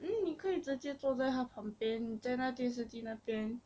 mm 你可以直接坐在他旁边在那电视机那边